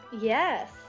Yes